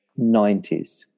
90s